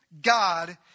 God